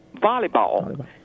volleyball